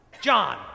John